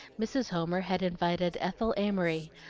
mrs. homer had invited ethel amory,